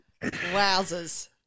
Wowzers